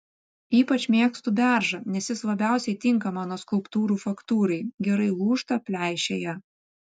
ypač mėgstu beržą nes jis labiausiai tinka mano skulptūrų faktūrai gerai lūžta pleišėja